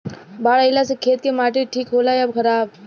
बाढ़ अईला से खेत के माटी ठीक होला या खराब?